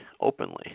openly